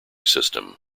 system